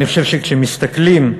אני מסיים.